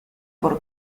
por